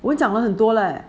我讲了很多了